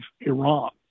Iran